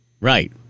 Right